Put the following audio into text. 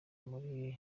muri